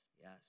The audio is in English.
Yes